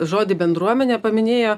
žodį bendruomenė paminėjo